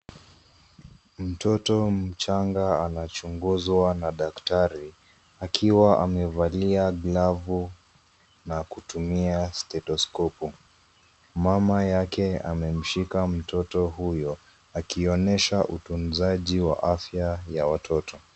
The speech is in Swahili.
Mtoto mchanga anachunguswa na daktari akiwa amevalia glavu na kutumia stetoskopu. Mama yake amemshika mtoto huyo akionyesha utundushaji wa afya ya watoto.